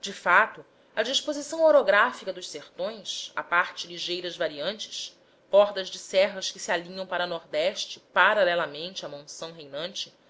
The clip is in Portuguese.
de fato a disposição orográfica dos sertões à parte ligeiras variantes cordas de serras que se alinham para nordeste paralelamente à monção reinante